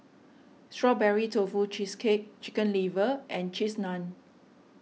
Strawberry Tofu Cheesecake Chicken Liver and Cheese Naan